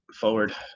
forward